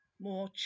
more